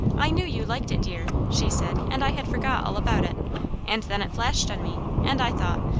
i knew you liked it, dear, she said, and i had forgot all about it and then it flashed on me, and i thought,